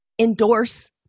endorse